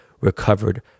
recovered